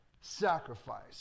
sacrifice